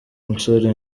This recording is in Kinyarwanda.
musore